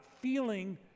feeling